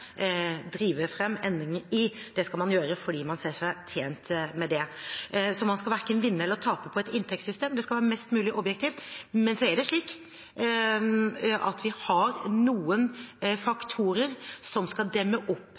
drive fram endringer i; det skal man gjøre fordi man ser seg tjent med det. Man skal verken vinne eller tape på et inntektssystem – det skal være mest mulig objektivt. Men så er det slik at vi har noen faktorer som skal demme opp